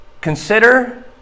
Consider